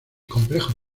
complejo